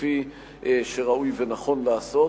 כפי שראוי ונכון לעשות.